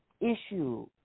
issue